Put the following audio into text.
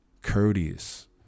courteous